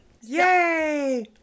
Yay